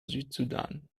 südsudan